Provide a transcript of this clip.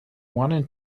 wanting